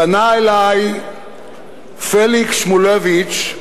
פנה אלי פליקס שמולביץ,